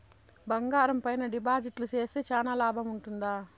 బంగారం పైన డిపాజిట్లు సేస్తే చానా లాభం ఉంటుందా?